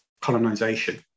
colonization